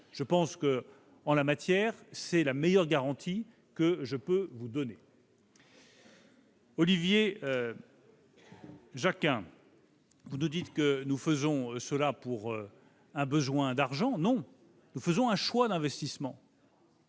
de cela. En la matière, c'est la meilleure garantie que je peux vous donner. Monsieur Olivier Jacquin, vous nous dites que nous faisons cela parce que nous avons besoin d'argent. Non, nous faisons un choix d'investissement.